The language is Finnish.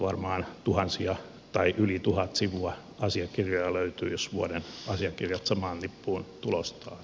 varmaan yli tuhat sivua asiakirjoja löytyy jos vuoden asiakirjat samaan nippuun tulostaa